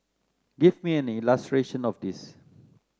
give me an illustration of this